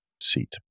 seat